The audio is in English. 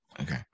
Okay